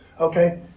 Okay